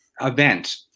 event